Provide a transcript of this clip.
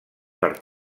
per